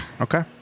Okay